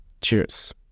Cheers